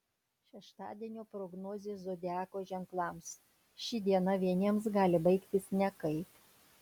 šeštadienio prognozė zodiako ženklams ši diena vieniems gali baigtis nekaip